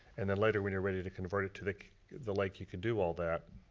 and then later when you're ready to convert it to the the lake, you could do all that.